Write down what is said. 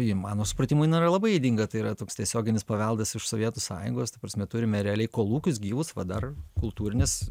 ji mano supratimu jinai yra labai ydinga tai yra toks tiesioginis paveldas iš sovietų sąjungos ta prasme turime realiai kolūkius gyvus va dar kultūrinės